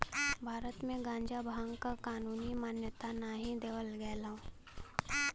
भारत में गांजा भांग क कानूनी मान्यता नाही देवल गयल हौ